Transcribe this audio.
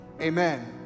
amen